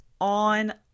on